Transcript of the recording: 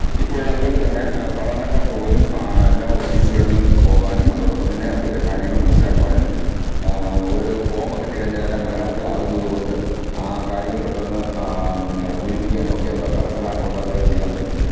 ഇപ്പോൾ അതുകൊണ്ട് തന്നെ സാധാരണക്കാര്ക്ക് പോലും എല്ലാ ഓഫീസുകളിലും പോകാനും അതോടൊപ്പം തന്നെ അവിടുത്തെ കാര്യങ്ങള് മനസ്സിലാക്കുവാനും ഒരോ ഫോമൊക്കെ കിട്ടിഴിഞ്ഞാല് അതെല്ലാം മലയാളത്തില് ആവുന്നതു കൊണ്ട് ആ കാര്യങ്ങള് പെട്ടെന്ന് പിന്നെ പൂരിപ്പിക്കുവാനുമൊക്കെ പരസഹായം കൂടാതെ ചെയ്യാന് പറ്റും